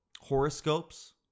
horoscopes